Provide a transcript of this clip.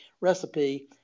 recipe